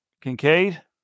Kincaid